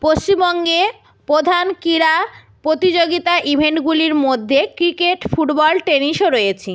পশ্চিমবঙ্গে প্রধান ক্রীড়া প্রতিযোগিতা ইভেন্ট গুলির মধ্যে ক্রিকেট ফুটবল টেনিসও রয়েছে